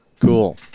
Cool